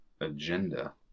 agenda